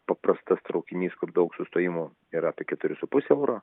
paprastas traukinys kur daug sustojimų yra apie keturi su puse euro